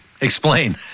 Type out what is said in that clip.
Explain